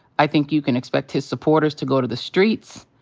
i think you can expect his supporters to go to the streets.